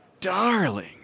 darling